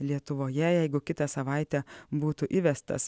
lietuvoje jeigu kitą savaitę būtų įvestas